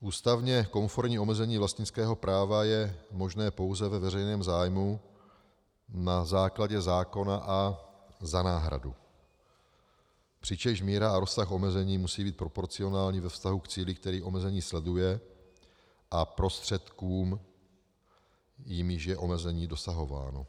Ústavně konformní omezení vlastnického práva je možné pouze ve veřejném zájmu na základě zákona a za náhradu, přičemž míra a rozsah omezení musí být proporcionální ve vztahu k cíli, který omezení sleduje, a prostředkům, jimiž je omezení dosahováno.